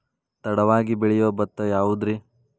ತಡವಾಗಿ ಬೆಳಿಯೊ ಭತ್ತ ಯಾವುದ್ರೇ?